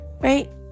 right